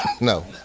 No